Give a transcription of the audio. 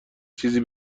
چیزی